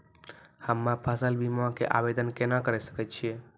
हम्मे फसल बीमा के आवदेन केना करे सकय छियै?